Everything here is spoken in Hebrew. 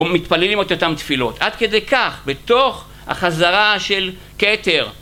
ומתפללים את אותם תפילות, עד כדי כך בתוך החזרה של כתר